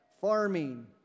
Farming